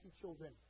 children